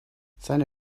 seine